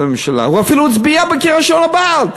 בממשלה, הוא אפילו הצביע בקריאה ראשונה בעד.